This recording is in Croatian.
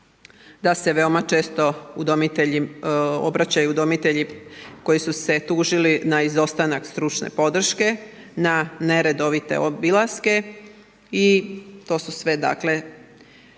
da se veoma često obraćaju udomitelji koji su se tužili na izostanak stručne podrške, na neredovite obilaske i to su sve